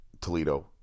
Toledo